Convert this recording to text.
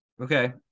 Okay